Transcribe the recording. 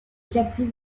caprice